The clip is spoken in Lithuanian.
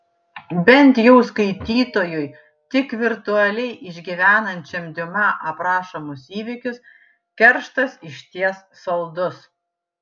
bent jau skaitytojui tik virtualiai išgyvenančiam diuma aprašomus įvykius kerštas išties saldus